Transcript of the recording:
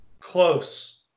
Close